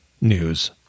news